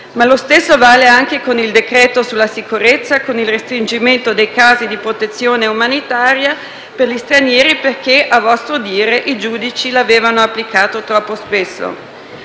ma lo stesso vale anche con il decreto sulla sicurezza, con il restringimento dei casi di protezione umanitaria per gli stranieri, perché, a vostro dire, i giudici l'avevano applicato troppo spesso.